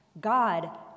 God